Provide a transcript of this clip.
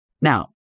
Now